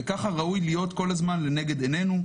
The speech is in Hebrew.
וככה ראוי להיות כל הזמן לנגד עינינו.